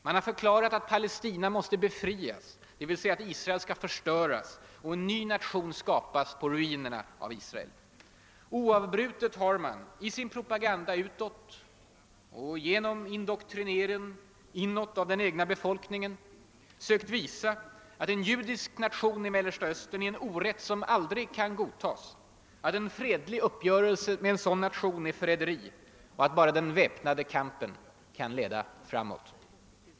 Man har förklarat att Palestina måste befrias, d. v. s. att Israel skall förstöras och en ny nation skapas på ruinerna av Israel. Oavbrutet har man i sin propaganda utåt och genom sin indoktrinering inåt av den egna befolkningen sökt visa att en judisk nation i Mellersta Östern är en orätt som aldrig kan godtas, att en fredlig uppgörelse med en sådan nation är förräderi och att bara den väpnade kampen kan leda framåt.